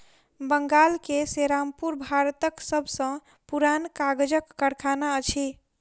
बंगाल के सेरामपुर भारतक सब सॅ पुरान कागजक कारखाना अछि